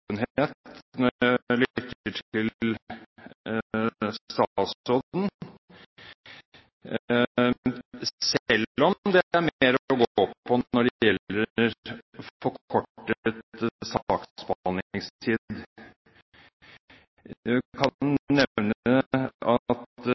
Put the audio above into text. lytter til statsråden, selv om det er mer å gå på når det gjelder forkortet saksbehandlingstid. Jeg kan